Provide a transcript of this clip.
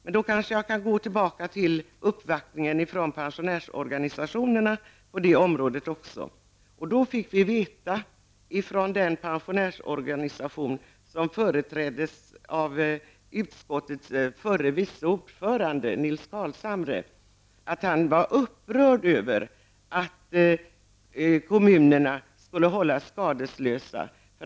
Men då vill jag än en gång hänvisa till pensionärsorganisationernas uppvaktning. Utskottets förre vice ordförande Nils Carlshamre företrädde en av pensionärsorganisationerna, och han var upprörd över att kommunerna skulle hållas skadeslösa.